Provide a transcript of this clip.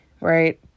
right